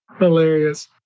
hilarious